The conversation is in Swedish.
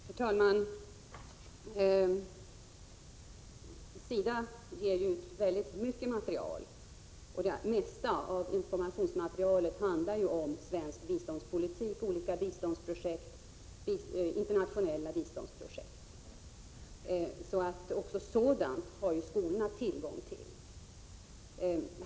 Herr talman! SIDA ger ut väldigt mycket material. Det mesta av informationsmaterialet handlar om svensk biståndspolitik, olika svenska och internationella biståndsprojekt. Också sådant har skolorna tillgång till.